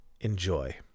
Enjoy